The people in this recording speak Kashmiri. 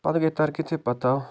پَتہٕ گٔے ترقی تہِ پَتہٕ آو